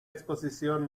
exposición